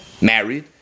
married